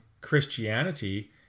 Christianity